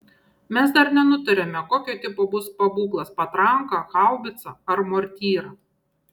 mes dar nenutarėme kokio tipo bus pabūklas patranka haubicą ar mortyra